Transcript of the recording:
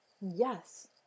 yes